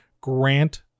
grant